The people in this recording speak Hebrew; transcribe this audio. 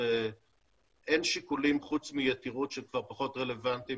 אין שיקולים חוץ מיתירות שכבר פחות רלוונטיים